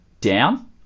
down